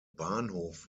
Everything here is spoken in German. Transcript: bahnhof